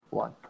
One